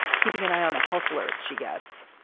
keeping an eye on the health alerts she gets.